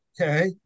Okay